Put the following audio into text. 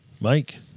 Mike